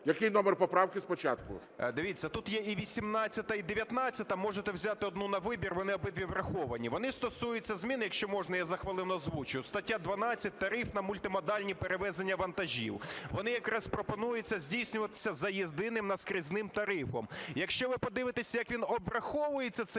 Який номер поправки спочатку? 10:55:26 КОЛТУНОВИЧ О.С. Дивіться, тут є і 18-а, і 19-а. Можете взяти одну на вибір, вони обидві враховані. Вони стосуються змін, якщо можна, я за хвилину озвучу, стаття 12, тариф на мультимодальні перевезення вантажів. Вони якраз пропонуються здійснюватися за єдиним наскрізним тарифом. Якщо ви подивитеся, як він обраховується, цей